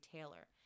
Taylor